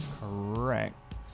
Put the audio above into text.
correct